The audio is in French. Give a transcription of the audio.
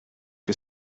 que